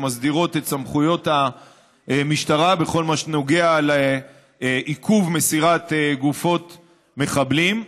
שמסדירות את סמכויות המשטרה בכל הנוגע לעיכוב מסירת גופות מחבלים.